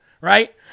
right